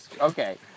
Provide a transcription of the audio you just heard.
Okay